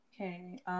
Okay